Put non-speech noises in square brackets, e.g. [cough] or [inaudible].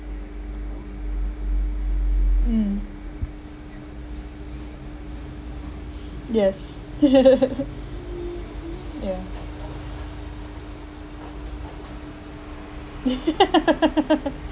mm yes [laughs] yeah [laughs]